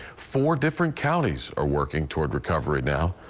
four different counties are working toward recovery now.